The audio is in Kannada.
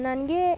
ನನಗೆ